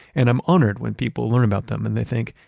and i'm honored when people learn about them and they think,